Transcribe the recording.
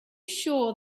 sure